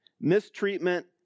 mistreatment